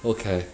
okay